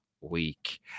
week